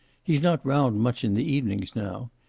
he's not round much in the evenings now.